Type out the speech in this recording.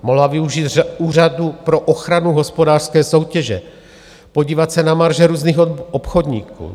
Mohla využít Úřadu pro ochranu hospodářské soutěže, podívat se na marže různých obchodníků.